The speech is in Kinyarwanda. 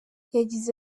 yagize